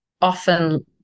often